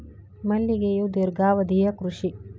ಮಲ್ಲಿಗೆಯು ದೇರ್ಘಾವಧಿಯ ಕೃಷಿ